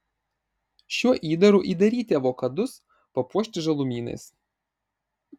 šiuo įdaru įdaryti avokadus papuošti žalumynais